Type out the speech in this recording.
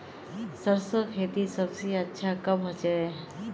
सरसों खेती सबसे अच्छा कब होचे?